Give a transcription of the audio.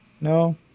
No